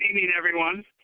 evening, everyone.